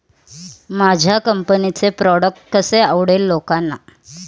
माझ्या कंपनीचे प्रॉडक्ट कसे आवडेल लोकांना?